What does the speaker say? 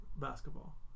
basketball